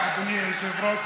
אדוני היושב-ראש,